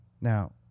Now